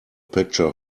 picture